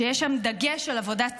שיש שם דגש על עבודת צוות,